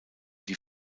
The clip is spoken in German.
die